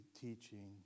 teaching